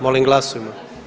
Molim glasujmo.